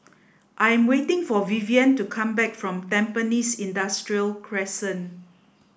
I'm waiting for Vivienne to come back from Tampines Industrial Crescent